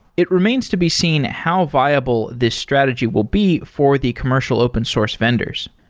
it remains to be seen how viable this strategy will be for the commercial open source vendors.